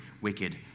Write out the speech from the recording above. wicked